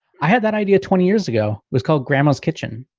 i had that idea. twenty years ago was called grandma's kitchen.